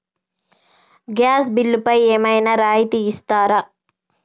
Gas బిల్లుపై ఏమైనా రాయితీ ఇస్తారా?